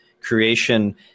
creation